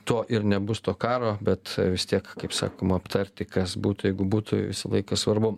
to ir nebus to karo bet vis tiek kaip sakoma aptarti kas būtų jeigu būtų visą laiką svarbu